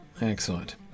excellent